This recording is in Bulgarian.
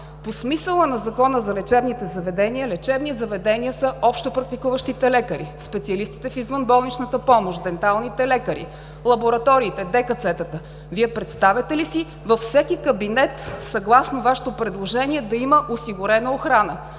По смисъла на Закона за лечебните заведения, лечебни заведения са общопрактикуващите лекари, специалистите в извънболничната помощ – менталните лекари, лабораториите, ДКЦ-тата. Вие представяте ли си във всеки кабинет, съгласно Вашето предложение, да има осигурена охрана!?